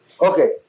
Okay